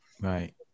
Right